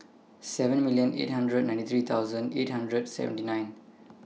seven million eight hundred ninety three thousand eight hundred seventy nine